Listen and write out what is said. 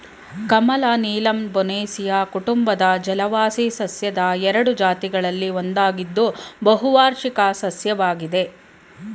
ಕಮಲ ನೀಲಂಬೊನೇಸಿಯಿ ಕುಟುಂಬದ ಜಲವಾಸಿ ಸಸ್ಯದ ಎರಡು ಜಾತಿಗಳಲ್ಲಿ ಒಂದಾಗಿದ್ದು ಬಹುವಾರ್ಷಿಕ ಸಸ್ಯವಾಗಿದೆ